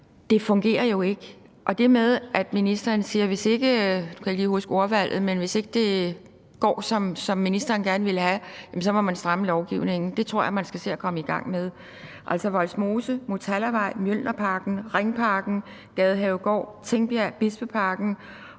at hvis ikke – nu kan jeg ikke lige huske ordvalget – det går, som ministeren gerne vil have, må man stramme lovgivningen; det tror jeg man skal se at komme i gang med. Altså, Vollsmose, Motalavej, Mjølnerparken, Ringparken, Gadehavegård, Tingbjerg, Bispeparken